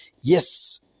yes